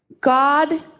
God